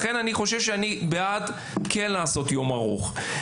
לכן אני חושב שאני בעד כן לעשות יום ארוך.